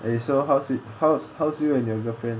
eh so how's it how's how's you and your girlfriend